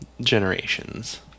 generations